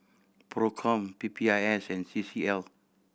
Procom P P I S and C C L